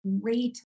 great